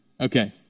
Okay